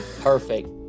Perfect